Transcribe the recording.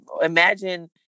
imagine